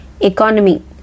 Economy